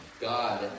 God